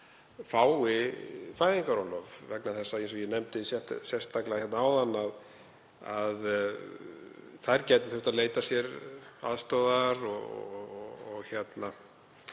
fái fæðingarorlof vegna þess, eins og ég nefndi sérstaklega áðan, að þær gætu þurft að leita sér aðstoðar, þær